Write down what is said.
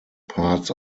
parts